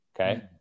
Okay